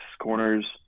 corners